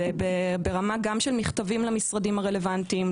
ברמה של מכתבים למשרדים הרלוונטיים,